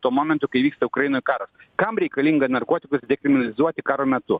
tuo momentu kai vyksta ukrainoj karas kam reikalinga narkotikus dekriminalizuoti karo metu